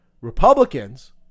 Republicans